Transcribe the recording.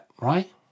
Right